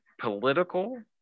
political